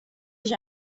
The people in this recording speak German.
sich